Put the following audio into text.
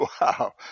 Wow